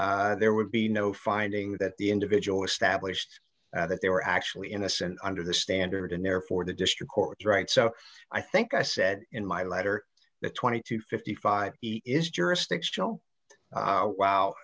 did there would be no finding that the individual established that they were actually innocent under the standard and therefore the district court right so i think i said in my letter that twenty to fifty five is